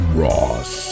ross